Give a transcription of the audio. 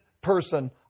person